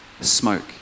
smoke